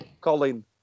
Colin